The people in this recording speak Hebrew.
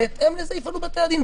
בהתאם לזה יפעלו בתי הדין.